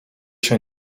się